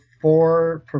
four